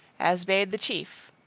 as bade the chief.